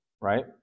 right